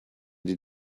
die